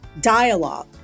dialogue